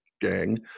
gang